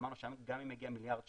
אמרנו שגם אם נגיע מיליארד שקל,